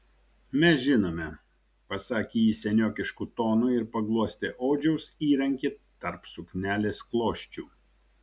mes žinome pasakė ji seniokišku tonu ir paglostė odžiaus įrankį tarp suknelės klosčių